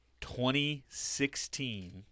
2016